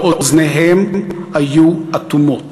ואוזניהם היו אטומות.